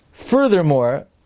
Furthermore